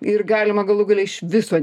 ir galima galų gale iš viso